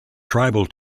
tribal